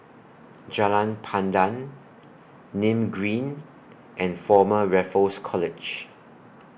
Jalan Pandan Nim Green and Former Raffles College